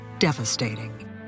Devastating